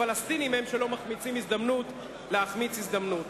הפלסטינים הם שלא מחמיצים הזדמנות להחמיץ הזדמנות.